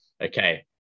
okay